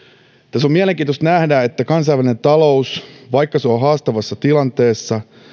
tässä on mielenkiintoista nähdä että vaikka kansainvälinen talous on haastavassa tilanteessa